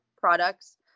products